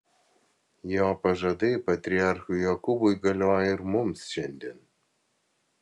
jo pažadai patriarchui jokūbui galioja ir mums šiandien